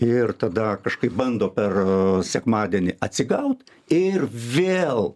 ir tada kažkaip bando per sekmadienį atsigaut ir vėl